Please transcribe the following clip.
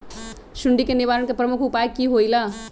सुडी के निवारण के प्रमुख उपाय कि होइला?